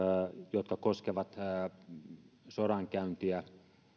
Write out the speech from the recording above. jotka koskevat ihmisarvoa tai sodankäyntiä